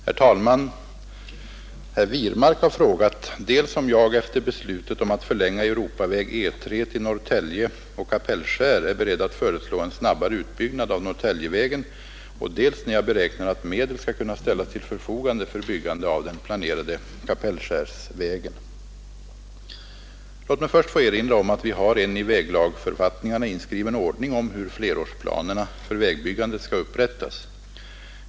Herr talman! Herr Wirmark har frågat dels om jag efter beslutet om att förlänga Europaväg E 3 till Norrtälje och Kapellskär är beredd att föreslå en snabbare utbyggnad av Norrtäljevägen, dels när jag beräknar att medel skall kunna ställas till förfogande för byggande av den planerade Kapellskärsvägen. Låt mig först få erinra om att vi har en i väglagförfattningarna inskriven ordning om hur flerårsplanerna för vägbyggandet skall upprättas.